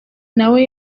nawe